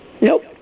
Nope